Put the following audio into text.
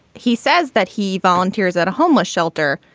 he says that he volunteers at a homeless shelter.